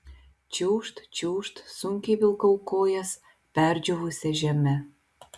čiūžt čiūžt sunkiai vilkau kojas perdžiūvusia žeme